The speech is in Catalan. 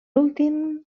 últim